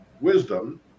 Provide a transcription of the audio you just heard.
wisdom